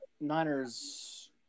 Niners